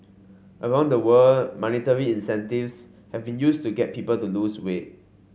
around the world monetary incentives have been used to get people to lose weight